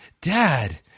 Dad